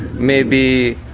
maybe